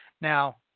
Now